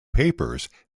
papers